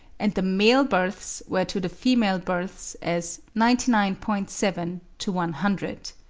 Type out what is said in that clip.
and the male births were to the female births as ninety nine point seven to one hundred.